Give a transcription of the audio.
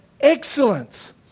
excellence